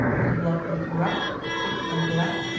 if the blood be corrupt, thick and black,